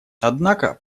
однако